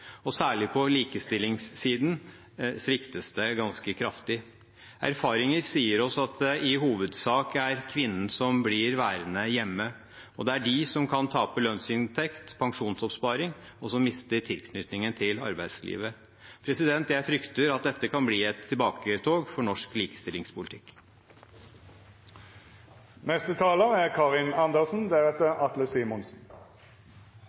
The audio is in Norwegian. tjenester. Særlig på likestillingssiden sviktes det ganske kraftig. Erfaringer sier oss at i hovedsak er det kvinnen som blir værende hjemme. Det er de som kan tape lønnsinntekt og pensjonsoppsparing, og som mister tilknytningen til arbeidslivet. Jeg frykter at dette kan bli et tilbakeslag for norsk likestillingspolitikk. Nå synes jeg det snart er